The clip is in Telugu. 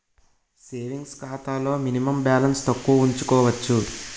సేవింగ్స్ ఖాతాలో మినిమం బాలన్స్ తక్కువ ఉంచుకోవచ్చు